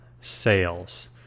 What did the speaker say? sales